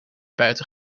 buiten